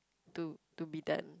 to to be done